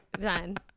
done